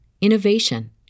innovation